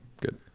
Good